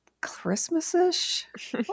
Christmas-ish